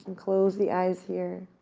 and close the eyes here.